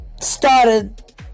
started